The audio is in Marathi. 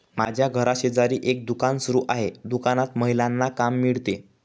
माझ्या घराशेजारी एक दुकान सुरू आहे दुकानात महिलांना काम मिळते